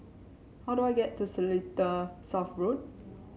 how do I get to Seletar South Road